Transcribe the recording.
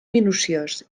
minuciós